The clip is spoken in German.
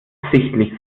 absichtlich